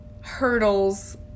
hurdles